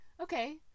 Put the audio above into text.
okay